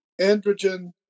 androgen